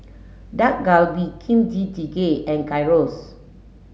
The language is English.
Dak Galbi Kimchi Jjigae and Gyros